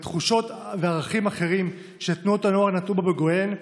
וערכים אחרים שתנועות הנוער נטעו בבוגריהן,